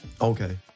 okay